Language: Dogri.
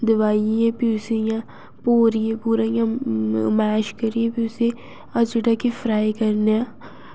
दबाइयै फ्ही उसी इ'यां भोरियै पूरा इ'यां मैश करियै फ्ही उस अस जेह्ड़ा कि फ्राई करने आं